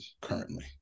currently